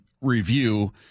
review